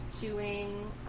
chewing